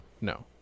no